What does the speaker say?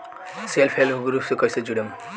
Self help group से कइसे जुड़म?